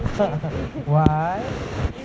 why